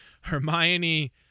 Hermione